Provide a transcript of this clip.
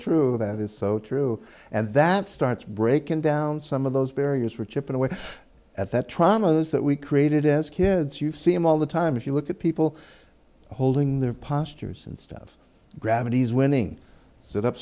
true that is so true and that starts breaking down some of those barriers for chipping away at that trauma those that we created as kids you've seen them all the time if you look at people holding their postures and stuff gravity's winning sit up